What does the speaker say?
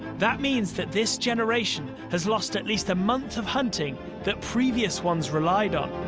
that means, that this generation has lost at least a month of hunting that previous ones relied on.